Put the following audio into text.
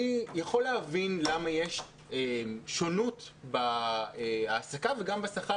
אני יכול להבין למה יש שונות בהעסקה וגם בשכר